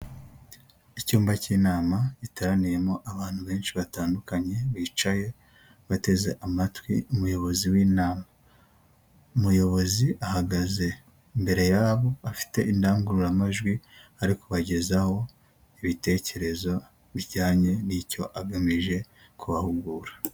Icyumba cy'inama giteraniyemo abantu benshi batandukanye bicaye bateze amatwi umuyobozi w'inama, umuyobozi ahagaze imbere yabo afite indangururamajwi, ari kubagezaho ibitekerezo bijyanye n'icyo agamije kubahugura.